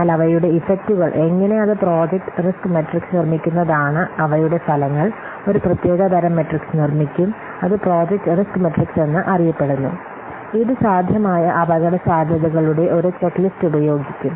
എന്നാൽ അവയുടെ ഇഫക്റ്റുകൾ എങ്ങനെ അത് പ്രോജക്റ്റ് റിസ്ക് മെട്രിക്സ് നിർമ്മിക്കുന്നതാണ് അവയുടെ ഫലങ്ങൾ ഒരു പ്രത്യേക തരം മെട്രിക്സ് നിർമ്മിക്കും അത് പ്രോജക്റ്റ് റിസ്ക് മെട്രിക്സ് എന്നറിയപ്പെടുന്നു ഇത് സാധ്യമായ അപകടസാധ്യതകളുടെ ഒരു ചെക്ക്ലിസ്റ്റ് ഉപയോഗിക്കും